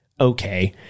Okay